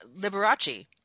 Liberace